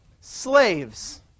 slaves